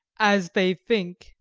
as they think,